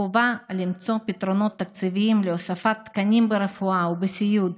חובה למצוא פתרונות תקציביים להוספת תקנים ברפואה ובסיעוד,